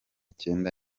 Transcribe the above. cyenda